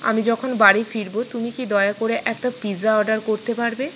আমি যখন বাড়ি ফিরব তুমি কি দয়া করে একটা পিজা অর্ডার করতে পারবে